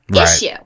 issue